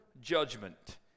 judgment